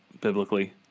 biblically